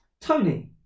Tony